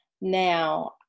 Now